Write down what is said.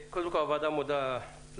קודם כול, הוועדה מודה לשרה.